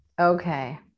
Okay